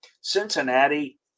Cincinnati